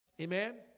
Amen